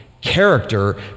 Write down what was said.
Character